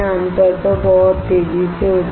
सोर्सऔर sample के बीच खाली स्थान वैक्यूम का माध्यम है